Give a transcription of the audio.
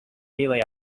nearly